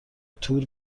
تور